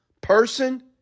person